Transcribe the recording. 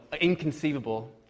inconceivable